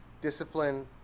discipline